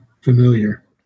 familiar